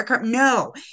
no